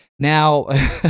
Now